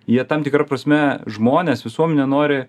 jie tam tikra prasme žmones visuomenę nori